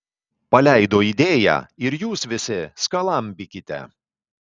paleido idėją ir jūs visi skalambykite